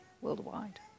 worldwide